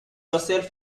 yourself